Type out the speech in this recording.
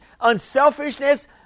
unselfishness